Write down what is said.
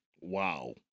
Wow